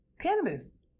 cannabis